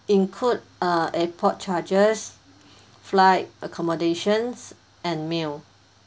include uh airport charges flight accommodations and meal